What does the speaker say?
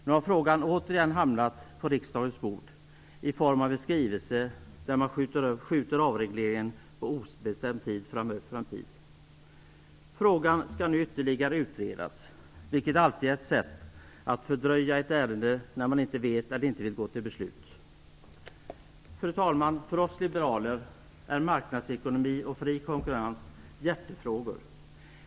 Nu har frågan återigen hamnat på riksdagens bord i form av en skrivelse där man skjuter avregleringen på obestämd framtid. Frågan skall nu ytterligare utredas, vilket alltid är ett sätt att fördröja ett ärende när man inte vet eller inte vill gå till beslut. Fru talman! För oss liberaler är marknadsekonomi och fri konkurrens hjärtefrågor.